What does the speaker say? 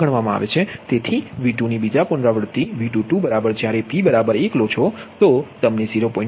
તેથી V2 ની બીજા પુનરાવૃત્તિ V22 બરાબર જ્યારે p1 લો તો તે તમને 0